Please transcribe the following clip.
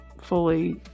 fully